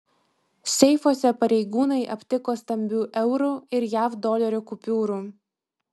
seifuose pareigūnai aptiko stambių eurų ir jav dolerių kupiūrų